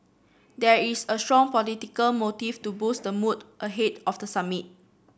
there is a strong political motive to boost the mood ahead of the summit